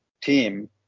team